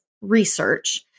research